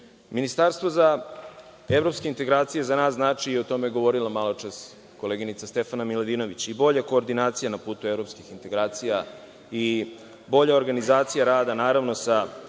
grešim. Ministarstvo za evropske integracije za nas znači, o tome je govorila maločas koleginica Stefana Miladinović, bolju koordinaciju na putu evropskih integracija i bolju organizaciju rada sa